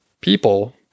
people